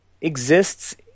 exists